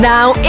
Now